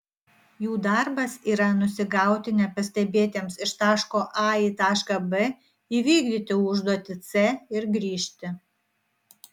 jų darbas yra nusigauti nepastebėtiems iš taško a į tašką b įvykdyti užduotį c ir grįžti